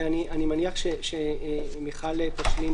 ואני מניח שמיכל תשלים,